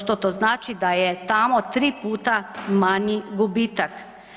Što to znači da je tamo 3 puta manji gubitak.